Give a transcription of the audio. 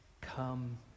come